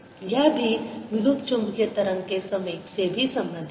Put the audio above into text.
यह भी विद्युत चुम्बकीय तरंग के संवेग से भी संबंधित है